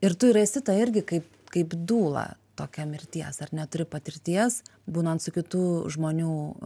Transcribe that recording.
ir tu ir esi ta irgi kaip kaip dūla tokia mirties ar ne turi patirties būnant su kitų žmonių